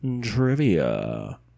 trivia